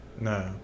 No